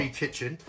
kitchen